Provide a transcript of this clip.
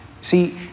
See